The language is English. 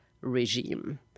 regime